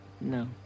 No